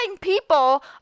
people